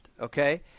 okay